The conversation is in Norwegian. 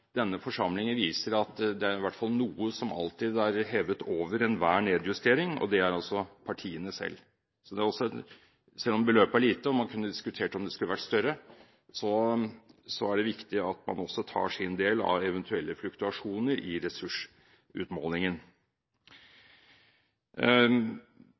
det i hvert fall er noe som alltid er hevet over enhver nedjustering, og det er partiene selv. Selv om beløpet er lite – man kunne diskutert om det skulle vært større – er det viktig at vi også tar vår del av eventuelle fluktuasjoner i